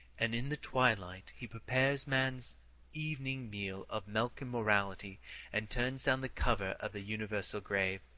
and in the twilight he prepares man's evening meal of milk-and-morality and turns down the covers of the universal grave.